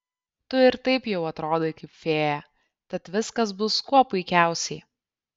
tu ir taip jau atrodai kaip fėja tad viskas bus kuo puikiausiai